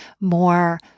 more